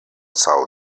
são